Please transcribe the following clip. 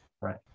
Right